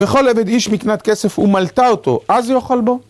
בכל עבד איש מקנת כסף, הוא מלטה אותו, אז יאכל בו.